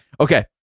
Okay